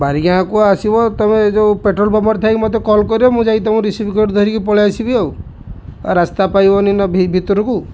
ବାରିଗାଁକୁ ଆସିବ ତମେ ଯେଉଁ ପେଟ୍ରୋଲ ପମ୍ପରେ ଥାଇ ମତେ କଲ୍ କରିବ ମୁଁ ଯାଇକି ତମକୁ ରିସିଭ କରି ଧରିକି ପଳେଇ ଆସିବି ଆଉ ରାସ୍ତା ପାଇବନି ନ ଭି ଭିତରକୁ